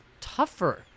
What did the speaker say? tougher